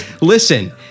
Listen